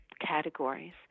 categories